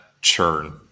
churn